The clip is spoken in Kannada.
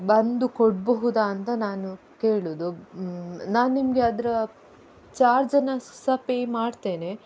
ಬಂದು ಕೊಡಬಹುದಾ ಅಂತ ನಾನು ಕೇಳೋದು ನಾನು ನಿಮಗೆ ಅದರ ಚಾರ್ಜನ್ನು ಸ್ ಸಹ ಪೇ ಮಾಡ್ತೇನೆ